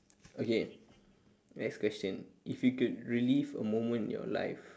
okay question if you could relive a moment in your life